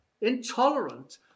intolerant